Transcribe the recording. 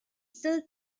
still